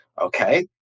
Okay